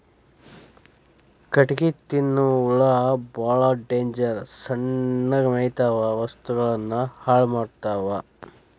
ಕಟಗಿ ತಿನ್ನು ಹುಳಾ ಬಾಳ ಡೇಂಜರ್ ಸಣ್ಣಗ ಮೇಯತಾವ ವಸ್ತುಗಳನ್ನ ಹಾಳ ಮಾಡತಾವ